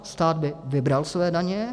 Stát by vybral své daně.